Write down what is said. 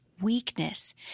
weakness